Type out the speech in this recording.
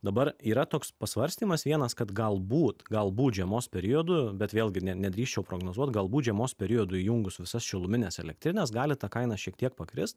dabar yra toks pasvarstymas vienas kad galbūt galbūt žiemos periodu bet vėlgi nedrįsčiau prognozuot galbūt žiemos periodu įjungus visas šilumines elektrines gali ta kaina šiek tiek pakrist